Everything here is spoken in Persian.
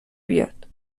بیاد